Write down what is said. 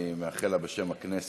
אני מאחל לה בשם הכנסת